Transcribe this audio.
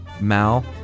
Mal